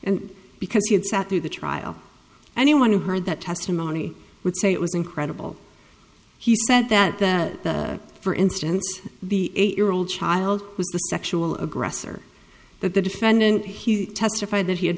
and because he had sat through the trial anyone who heard that testimony would say it was incredible he said that that for instance the eight year old child was the sexual aggressor that the defendant he testified that he had